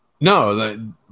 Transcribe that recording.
No